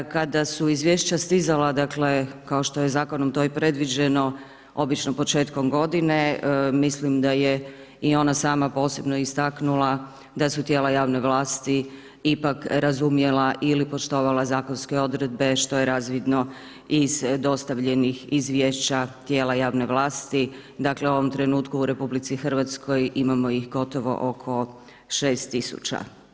Kada su izvješća stizala, dakle, kao što je zakonom to i predviđeno, obično početkom godine, mislim da je i ona sama posebno istaknula, da su tijela javne vlasti, ipak razumjela ili poštovala zakonske odredbe, što je razvidno iz dostavljenih izvješća tijela javne vlasti, dakle, u ovom trenutku u RH, imamo ih gotovo oko 6000.